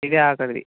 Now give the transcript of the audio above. ఇదే ఆఖరిది